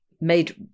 made